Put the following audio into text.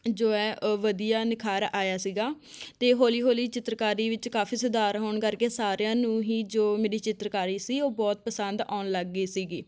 ਜੋ ਹੈ ਉਹ ਵਧੀਆ ਨਿਖਾਰ ਆਇਆ ਸੀਗਾ ਅਤੇ ਹੌਲੀ ਹੌਲੀ ਚਿੱਤਰਕਾਰੀ ਵਿੱਚ ਕਾਫੀ ਸੁਧਾਰ ਹੋਣ ਕਰਕੇ ਸਾਰਿਆਂ ਨੂੰ ਹੀ ਜੋ ਮੇਰੀ ਚਿੱਤਰਕਾਰੀ ਸੀ ਉਹ ਬਹੁਤ ਪਸੰਦ ਆਉਣ ਲੱਗ ਗਈ ਸੀਗੀ